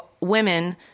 women